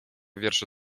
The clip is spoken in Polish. wiersze